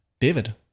David